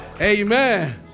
Amen